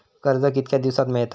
कर्ज कितक्या दिवसात मेळता?